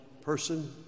person